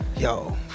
Yo